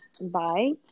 bye